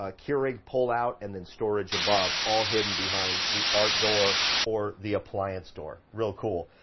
ah keurig pullout, and then storage above, all hidden behind the art door or the appliance door. real cool.